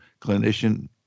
clinician